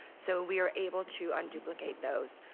so we are able to unduplicate those.